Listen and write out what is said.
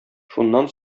шуннан